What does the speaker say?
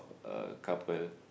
a couple